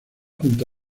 junto